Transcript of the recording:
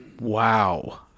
Wow